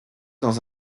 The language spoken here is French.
dans